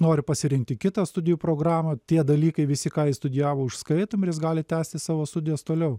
nori pasirinkti kitą studijų programą tie dalykai visi ką jis studijavo užskaitomi ir jis gali tęsti savo studijas toliau